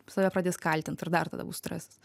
save pradės kaltint ir dar tada bus stresas